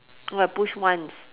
push once